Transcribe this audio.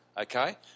okay